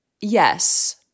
yes